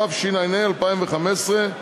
התשע"ה 2015,